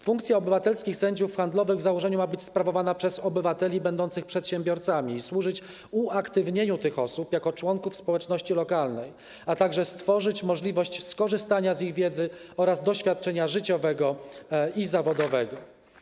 Funkcja obywatelskich sędziów handlowych w założeniu ma być sprawowana przez obywateli będących przedsiębiorcami i służyć uaktywnieniu tych osób jako członków społeczności lokalnej, a także stworzyć możliwość skorzystania z ich wiedzy oraz doświadczenia życiowego i zawodowego.